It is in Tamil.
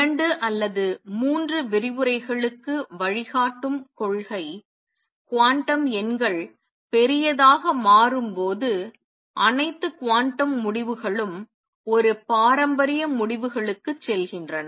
இரண்டு அல்லது மூன்று விரிவுரைகளுக்கு வழிகாட்டும் கொள்கை குவாண்டம் எண்கள் பெரியதாக மாறும்போது அனைத்து குவாண்டம் முடிவுகளும் ஒரு பாரம்பரிய முடிவுகளுக்கு ச் செல்கின்றன